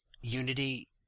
Unity